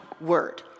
word